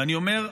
ואני אומר,